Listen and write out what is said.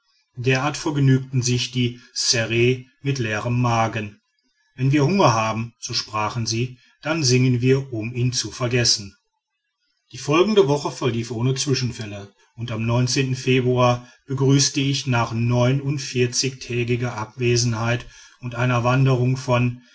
derart vergnügten sich die ssere mit leerem magen wenn wir hunger haben so sprachen sie dann singen wir um ihn zu vergessen die folgende woche verlief ohne zwischenfälle und am februar begrüßte ich nach neunundvierzigtägiger abwesenheit und einer wanderung von